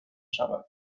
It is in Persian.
شود